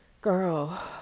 girl